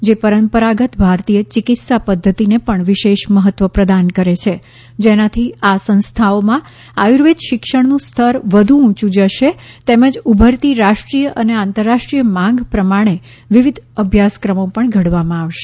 જે પરંપરાગત ભારતીય ચિકિત્સા પધ્ધતિને પણ વિશેષ મહત્વ પ્રદાન કરે છે જેનાથી આ સંસ્થાઓમાં આયુર્વેદ શિક્ષણનું સ્તર વધુ ઊંયુ જશે તેમજ ઉભરતી રાષ્ટ્રીય અને આંતરરાષ્ટ્રીય માંગ પ્રમાણે વિવિધ અભ્યાસક્રમો પણ ઘડવામાં આવશે